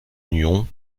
union